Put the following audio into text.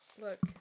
Look